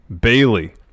Bailey